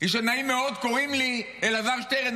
אני שואל: נעים מאוד, קוראים לי אלעזר שטרן.